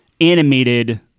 animated